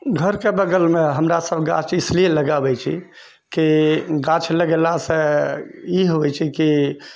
घरके बगलमे हमरासब गाछ इसलिए लगाबै छी कि गाछ लगेलासँ ई होइ छै कि